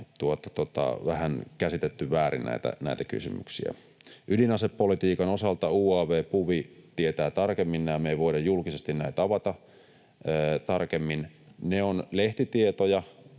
vähän käsitetty väärin näitä kysymyksiä. Ydinasepolitiikan osalta UaV, PuV tietää tarkemmin nämä, me ei voida julkisesti näitä avata tarkemmin. Ne ovat lehtitietoja